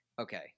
Okay